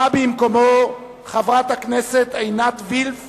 באה במקומו חברת הכנסת עינת וילף